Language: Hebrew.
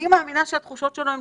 אני מאמינה שאלה התחושות שקיימות,